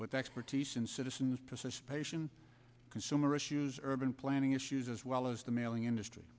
with expertise in citizens to such patients consumer issues urban planning issues as well as the mailing industry